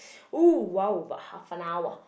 oh !wow! but half an hour